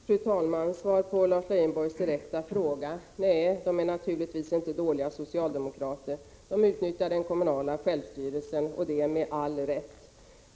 Fru talman! Svaret på Lars Leijonborgs direkta fråga är: Nej, de är naturligtvis inte dåliga socialdemokrater. De utnyttjar den kommunala självstyrelsen, och det med all rätt.